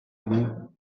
одну